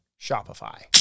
Shopify